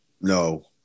No